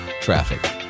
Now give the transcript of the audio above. Traffic